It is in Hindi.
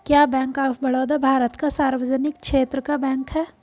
क्या बैंक ऑफ़ बड़ौदा भारत का सार्वजनिक क्षेत्र का बैंक है?